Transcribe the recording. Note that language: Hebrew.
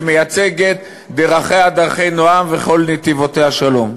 שמייצגת "דרכיה דרכי נעם וכל נתיבותיה שלום".